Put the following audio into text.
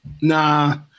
Nah